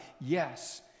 yes